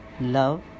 love